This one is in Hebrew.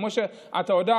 כמו שאתה יודע,